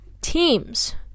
teams